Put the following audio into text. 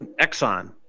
Exxon